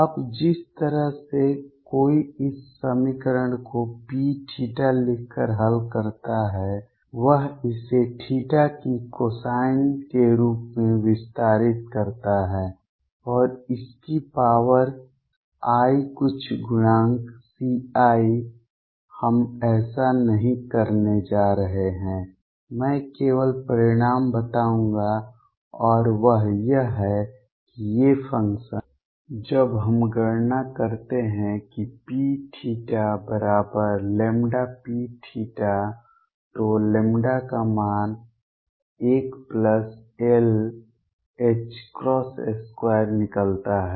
अब जिस तरह से कोई इस समीकरण को Pθ लिखकर हल करता है वह इसे θ की कोसाइन के रूप में विस्तारित करता है और इसकी पावर i कुछ गुणांक C i हम ऐसा नहीं करने जा रहे हैं कि मैं केवल परिणाम बताऊंगा और वह यह है कि ये फंक्शन जब हम गणना करते हैं कि Pθ बराबर Pθ तो λ का मान 1l2 निकलता है